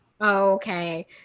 Okay